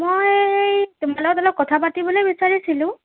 মই তোমাৰ লগত অলপ কথা পাতিবলৈ বিচাৰিছিলোঁ